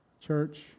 Church